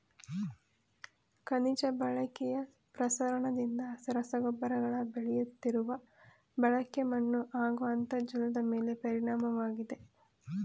ಖನಿಜ ಬಳಕೆಯ ಪ್ರಸರಣದಿಂದ ರಸಗೊಬ್ಬರಗಳ ಬೆಳೆಯುತ್ತಿರುವ ಬಳಕೆ ಮಣ್ಣುಹಾಗೂ ಅಂತರ್ಜಲದಮೇಲೆ ಪರಿಣಾಮವಾಗಿದೆ